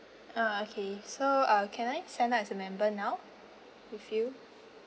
ah okay so uh can I sign up as a member now with you